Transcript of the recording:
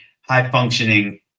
high-functioning